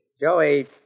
Joey